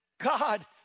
God